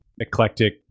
eclectic